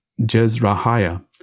Jezrahiah